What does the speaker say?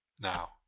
Now